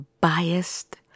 biased